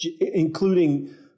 including